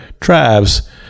tribes